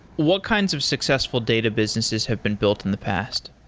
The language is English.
what kinds of successful data businesses have been built in the past?